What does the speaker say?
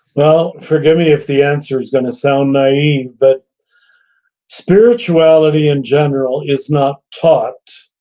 well, forgive me if the answer's going to sound naive, but spirituality in general is not taught,